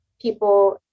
people